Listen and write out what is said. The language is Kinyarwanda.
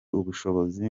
ubushobozi